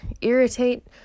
irritate